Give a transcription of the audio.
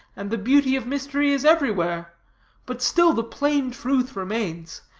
and the beauty of mystery is everywhere but still the plain truth remains,